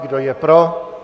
Kdo je pro?